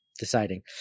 deciding